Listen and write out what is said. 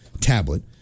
tablet